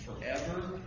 forever